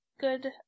good